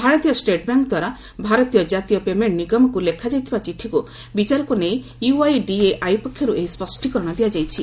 ଭାରତୀୟ ଷ୍ଟେଟ୍ବ୍ୟାଙ୍କ ଦ୍ୱାରା ଭାରତୀୟ କ୍ରାତୀୟ ପେମେଣ୍ଟ ନିଗମକୁ ଲେଖାଯାଇଥିବା ଚିଠିକୁ ବିଚାରକୁ ନେଇ ୟୁଆଇଡିଏଆଇ ପକ୍ଷରୁ ଏହି ସ୍ୱଷ୍ଟୀକରଣ ଦିଆଯାଇଛି